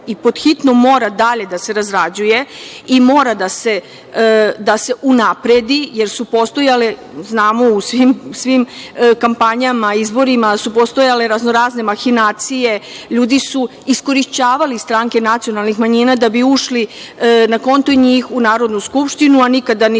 i pothitno mora dalje da se razrađuje i mora da se unapredi, jer su postojale, znamo, u svim kampanjama, izborima su postojale razno-razne mahinacije. LJudi su iskorišćavali stranke nacionalnih manjina da bi ušli na konto njih u Narodnu skupštinu, a nikada nisu ni